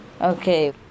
Okay